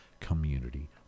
Community